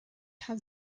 have